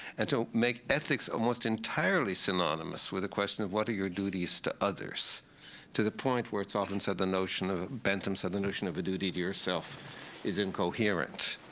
and so make ethics almost entirely synonymous with the question of what are your duties to others to the point where it's often said the notion of bentham said the notion of a duty to yourself is incoherent.